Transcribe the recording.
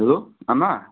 hello आमा